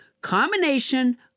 combination